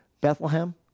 Bethlehem